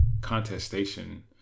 contestation